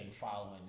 following